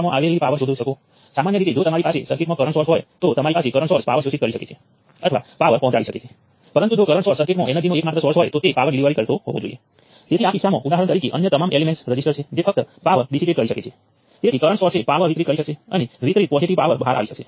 R11 એ મૂળભૂત રીતે નોડ 1 અને સંદર્ભ નોડ સાથે જોડાયેલ રઝિસ્ટન્સ છે R12 નોડ 1 અને 2 ની વચ્ચે છે R13 નોડ્સ 2 અને 3 ની વચ્ચે છે અને એ જ રીતે R22 નોડ 2 થી ગ્રાઉન્ડ ઉપર છે અને R33 નોડ 3 થી ગ્રાઉન્ડ સુધી છે અને I1 એ નોડ 1 માં આપવામાં આવેલ કરંટ સોર્સ છે અને I3 એ નોડ 3 માં આપવામાં આવેલ કરંટ છે